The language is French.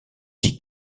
dit